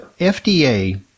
FDA